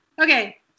Okay